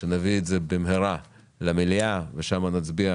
שנביא את זה במהרה למליאה ושם נצביע